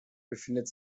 befindet